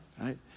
right